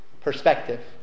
Perspective